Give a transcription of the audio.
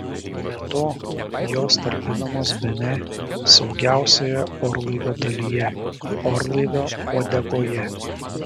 be to jos talpinamos bene saugiausioje orlaivio dalyje orlaivio uodegoje